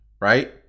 right